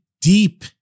deep